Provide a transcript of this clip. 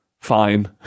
fine